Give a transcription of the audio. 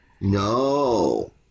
No